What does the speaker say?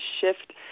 shift